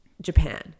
japan